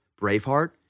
Braveheart